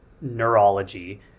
neurology